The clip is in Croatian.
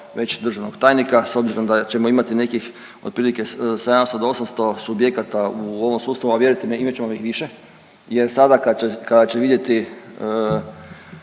već državnog tajnika, s obzirom da ćemo imati nekih otprilike 700 do 800 subjekata u ovom sustavu, a vjerujte imat ćemo ih i više jer sada kada će vidjeti